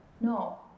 No